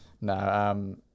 No